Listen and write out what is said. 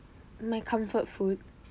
my comfort food